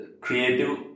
creative